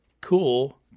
cool